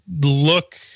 look